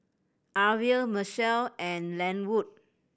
Arvel Mitchell and Lenwood